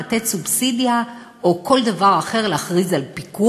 לתת סובסידיה או כל דבר אחר,